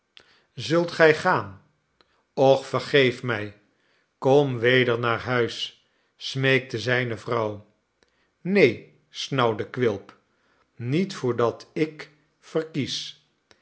zult gij gaan och vergeef mij kom weder naar huis smeekte zijne vrouw neen i snauwde quilp niet voordat ik verkies